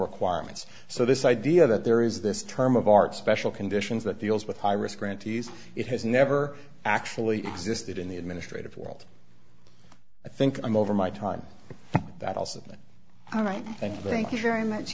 requirements so this idea that there is this term of art special conditions that deals with high risk grantees it has never actually existed in the administrative world i think i'm over my time that i'll submit all right and thank you very much